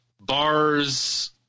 bars